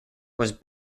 was